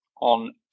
on